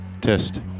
Test